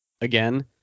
Again